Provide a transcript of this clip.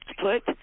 Put